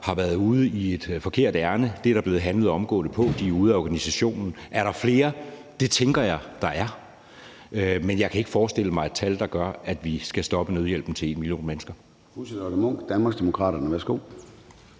har været ude i et forkert ærinde, og det er der blevet handlet på omgående. De er ude af organisationen. Er der flere? Det tænker jeg at der er. Men jeg kan ikke forestille mig et tal, der gør, at vi skal stoppe nødhjælpen til 1 million mennesker.